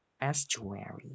Estuary